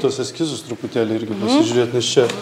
tuos eskizus truputėlį irgi pasižiūrėt nes čia